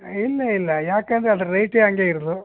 ಇಲ್ಲ ಇಲ್ಲ ಯಾಕೆ ಅಂದ್ರೆ ಅದರ ರೇಟೇ ಹಾಗೆ ಇರೋದು